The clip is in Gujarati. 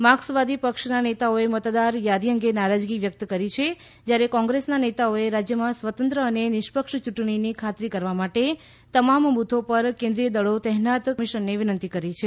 માર્કસવાદી પક્ષના નેતાઓએ મતદાર થાદી અંગે નારાજગી વ્યક્ત કરી છે જ્યારે કોંગ્રેસના નેતાઓએ રાજ્યમાં સ્વતંત્ર અને નિષ્પક્ષ ચૂંટણીની ખાતરી કરવા માટે તમામ બૂથો પર કેન્દ્રીય દળો તહેનાત કમિશનને વિનંતી કરી છે